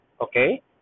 Okay